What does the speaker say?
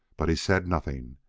but he said nothing.